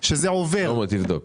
זה לא סיפור גדול,